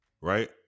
right